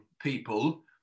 people